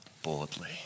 boldly